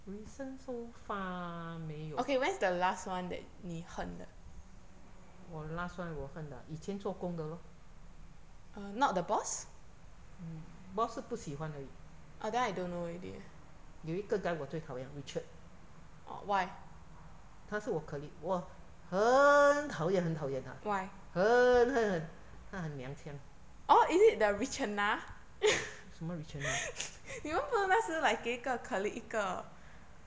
recent so far 没有我 last one 我恨的以前做工的 lor mm boss 是不喜欢而已有一个 guy 我最讨厌 richard 他是我 colleague 我很讨厌很讨厌他很很很他很娘腔什么 richard nah